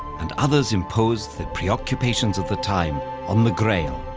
and others imposed the preoccupations of the time on the grail,